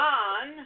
on